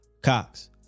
Cox